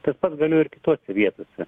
tas pats galioja ir kitose vietose